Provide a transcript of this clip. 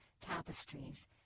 tapestries